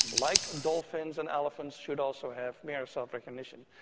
like dolphins and elephants, should also have mirror self-recognition.